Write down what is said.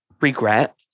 regret